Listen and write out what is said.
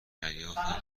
دریافتم